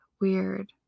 weird